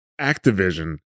Activision